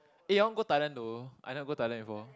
eh I want go Thailand though I never go Thailand before